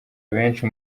benshi